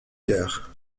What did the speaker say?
guerre